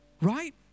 right